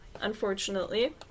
unfortunately